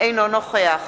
אינו נוכח